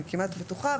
אני כמעט בטוחה,